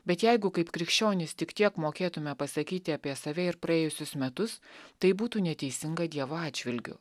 bet jeigu kaip krikščionys tik tiek mokėtume pasakyti apie save ir praėjusius metus tai būtų neteisinga dievo atžvilgiu